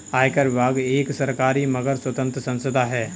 आयकर विभाग एक सरकारी मगर स्वतंत्र संस्था है